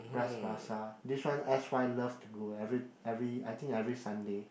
Bras-Basah this one S_Y love to go every every I think every Sunday